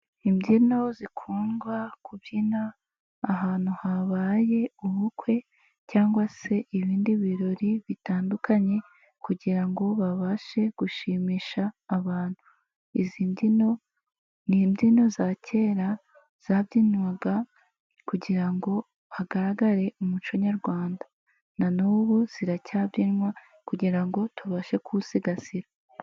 Imbyino zikundwa kubyina ahantu habaye ubukwe cyangwa se ibindi birori bitandukanye kugira ngo babashe gushimisha abantu. Izi mbyino ni imbyino za kera zabyinywaga kugira ngo hagaragare umuco nyarwanda na n'ubu ziracyabyinywa kugira ngo tubashe kuwusigasira.